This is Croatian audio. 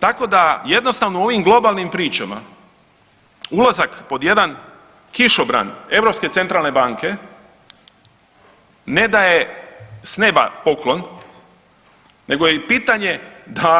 Tako da jednostavno u ovim globalnim pričama ulazak pod jedan kišobran Europske centralne banke ne da je s neba poklon nego je i pitanje da